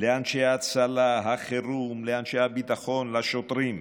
לאנשי ההצלה, החירום, לאנשי הביטחון, לשוטרים,